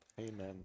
Amen